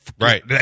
Right